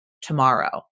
tomorrow